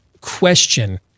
question